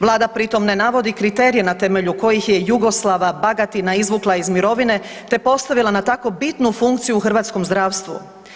Vlada pritom ne navodi kriterije na temelju kojih je Jugoslava Bagatina izvukla iz mirovine te postavila na takvo bitnu funkciju u hrvatskom zdravstvu.